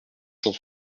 cent